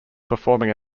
performing